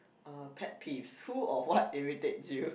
uh pet peeves who or what irritates you